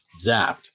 zapped